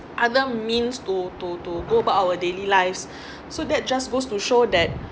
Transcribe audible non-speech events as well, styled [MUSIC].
other means to to to go about our daily lives [BREATH] so that just goes to show that